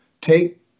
take